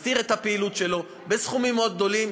מסתיר את הפעילות שלו בסכומים מאוד גדולים,